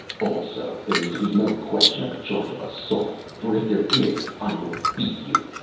also, there is to be no question of a charge of assault, for, if there is i will beat you.